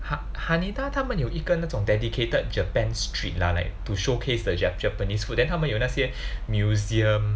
Ha~ Haneda 他们有一个那种 dedicated Japan street lah like to showcase the Jap~ Japanese food then 他们有那些 museum